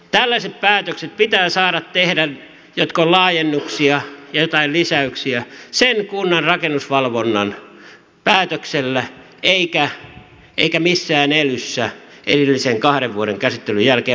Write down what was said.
tällaiset päätökset pitää saada tehdä jotka ovat laajennuksia ja joitain lisäyksiä sen kunnan rakennusvalvonnan päätöksellä eikä missään elyssä erillisen kahden vuoden käsittelyn jälkeen